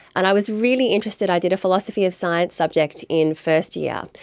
and i was really interested, i did a philosophy of science subject in first yeah